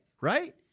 right